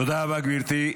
תודה רבה, גברתי.